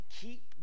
Keep